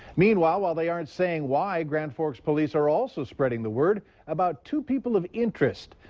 i mean while while they aren't saying why, grand forks police are also spreading the word about two people of interest.